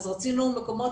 רצינו מקומות